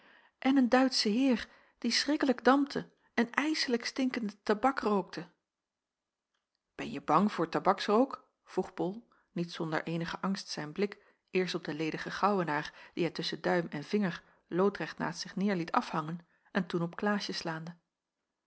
en een duitsch heer die schrikkelijk dampte en ijselijk stinkenden tabak rookte benje bang voor tabaksrook vroeg bol niet zonder eenige angst zijn blik eerst op den ledigen gouwenaar dien hij tusschen duim en vinger loodrecht naast zich neêr liet afhangen en toen op klaasje slaande